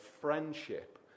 friendship